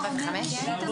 שי סומך